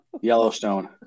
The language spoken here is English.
Yellowstone